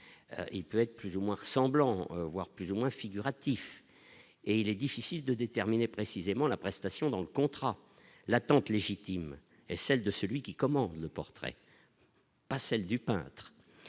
il peut être plus ou moins ressemblants voire plus ou moins figuratif et il est difficile de déterminer précisément la prestation dans le contrat, l'attente légitime celle de celui qui commande le portrait. Pas celle du peintres,